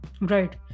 right